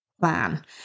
plan